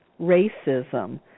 racism